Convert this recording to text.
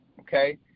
okay